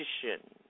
tradition